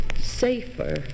safer